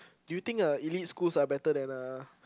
do you think uh elites schools are better than uh